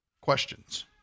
questions